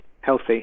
healthy